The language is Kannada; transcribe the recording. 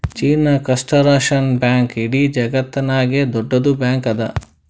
ಚೀನಾ ಕಂಸ್ಟರಕ್ಷನ್ ಬ್ಯಾಂಕ್ ಇಡೀ ಜಗತ್ತನಾಗೆ ದೊಡ್ಡುದ್ ಬ್ಯಾಂಕ್ ಅದಾ